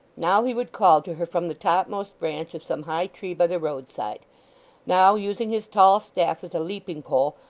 now he would call to her from the topmost branch of some high tree by the roadside now using his tall staff as a leaping-pole,